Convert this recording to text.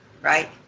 Right